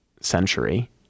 century